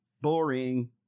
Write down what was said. Boring